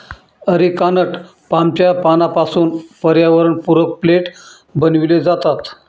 areca nut पामच्या पानांपासून पर्यावरणपूरक प्लेट बनविले जातात